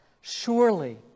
surely